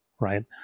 right